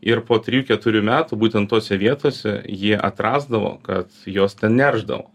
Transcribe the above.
ir po trijų keturių metų būtent tose vietose jie atrasdavo kad jos ten neršdavo